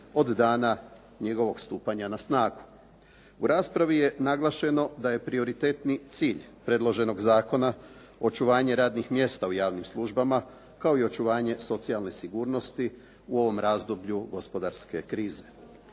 od dana njegovog stupanja na snagu. U raspravi je naglašeno da je prioritetni cilj predloženog zakona očuvanje radnih mjesta u javnim službama kao i očuvanje socijalne sigurnosti u ovom razdoblju gospodarske krize.